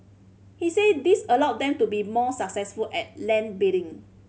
he said this allow them to be more successful at land bidding